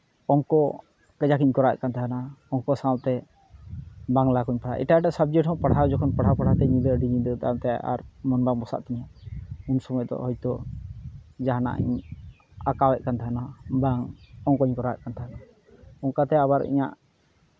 ᱚᱝᱠᱚ ᱠᱟᱡᱟᱠ ᱤᱧ ᱠᱚᱨᱟᱣᱮᱫ ᱠᱟᱱ ᱛᱟᱦᱮᱱᱟ ᱚᱝᱠᱚ ᱥᱟᱶᱛᱮ ᱵᱟᱝᱞᱟ ᱠᱚᱧ ᱯᱟᱲᱦᱟᱜᱼᱟ ᱮᱴᱟᱜ ᱮᱴᱟᱜ ᱥᱟᱵᱡᱮᱠᱴ ᱦᱚᱸ ᱯᱟᱲᱦᱟᱣ ᱡᱚᱠᱷᱚᱱ ᱯᱟᱲᱦᱟᱣ ᱯᱟᱲᱦᱟᱣ ᱛᱮ ᱟᱹᱰᱤ ᱧᱤᱫᱟᱹ ᱟᱹᱰᱤ ᱧᱤᱫᱟᱹᱜ ᱠᱟᱱ ᱛᱟᱦᱮᱸᱫ ᱟᱨ ᱢᱚᱱ ᱵᱟᱝ ᱵᱚᱥᱟᱜ ᱛᱤᱧᱟᱹ ᱩᱱ ᱥᱚᱢᱚᱭ ᱫᱚ ᱦᱚᱭᱛᱳ ᱡᱟᱦᱟᱱᱟᱜ ᱤᱧ ᱟᱸᱠᱟᱣᱮᱫ ᱠᱟᱱ ᱛᱟᱦᱮᱱᱟ ᱵᱟᱝ ᱚᱝᱠᱚᱧ ᱠᱚᱨᱟᱣᱫᱮᱜ ᱠᱟᱱ ᱛᱟᱦᱮᱱᱟ ᱚᱱᱠᱟᱛᱮ ᱟᱵᱟᱨ ᱤᱧᱟᱹᱜ